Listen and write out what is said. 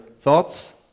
thoughts